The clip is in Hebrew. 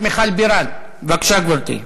חברת הכנסת מיכל בירן, בבקשה, גברתי.